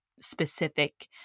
specific